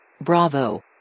Bravo